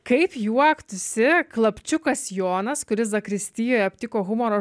kaip juoktųsi klapčiukas jonas kuris zakristijoj aptiko humoro